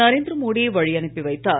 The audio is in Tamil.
நரேந்திர மோ டியை வழியனுப்பி வைத்தார்